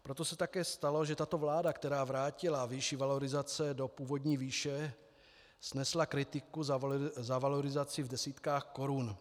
Proto se také stalo, že tato vláda, která vrátila výši valorizace do původní výše, snesla kritiku za valorizaci v desítkách korun.